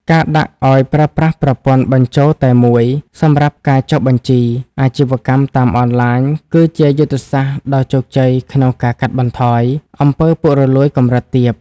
ការដាក់ឱ្យប្រើប្រាស់ប្រព័ន្ធ "បញ្ជរតែមួយ" សម្រាប់ការចុះបញ្ជីអាជីវកម្មតាមអនឡាញ គឺជាយុទ្ធសាស្ត្រដ៏ជោគជ័យក្នុងការកាត់បន្ថយ អំពើពុករលួយ កម្រិតទាប។